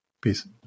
Peace